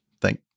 thank